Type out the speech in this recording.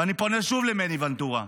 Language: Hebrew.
ואני פונה שוב למני ונטורה: